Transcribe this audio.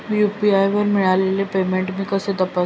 UPI वर मिळालेले payment मी कसे तपासू?